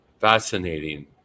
Fascinating